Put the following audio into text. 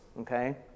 Okay